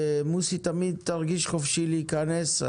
מוסי, תרגיש חופשי להיכנס.